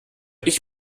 ich